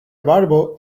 barbo